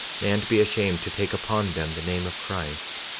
and be ashamed to take upon them the name of christ,